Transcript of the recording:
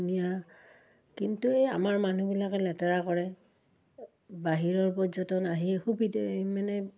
ধুনীয়া কিন্তু এই আমাৰ মানুহবিলাকে লেতেৰা কৰে বাহিৰৰ পৰ্যটন আহি সুবিধা মানে